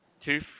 two